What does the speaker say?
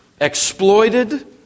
exploited